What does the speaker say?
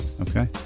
Okay